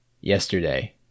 yesterday